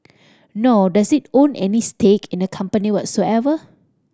nor does it own any stake in the company whatsoever